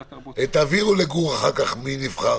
מוזיאון נחום גוטמן לאמנות בתל-אביב ומוזיאון